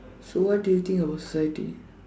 so what do you think about society